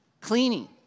cleaning